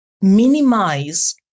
minimize